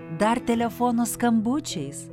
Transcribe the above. dar telefono skambučiais